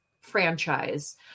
franchise